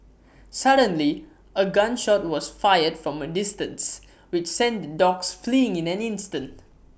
suddenly A gun shot was fired from A distance which sent the dogs fleeing in an instant